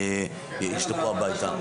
ישלחו הביתה.